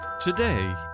Today